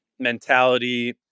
mentality